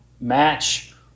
match